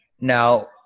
Now